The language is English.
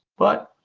but